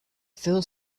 fill